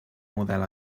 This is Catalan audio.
model